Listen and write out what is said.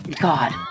God